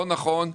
לא נכון,